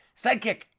sidekick